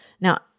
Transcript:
Now